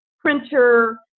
printer